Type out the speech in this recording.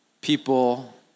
People